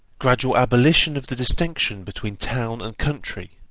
gradual abolition of the distinction between town and country,